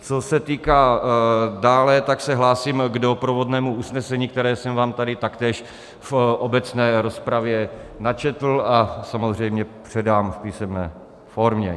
Co se týká dále, tak se hlásím k doprovodnému usnesení, které jsem vám tady taktéž v obecné rozpravě načetl a samozřejmě předám v písemné formě.